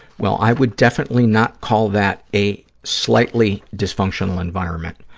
well, i would definitely not call that a slightly dysfunctional environment.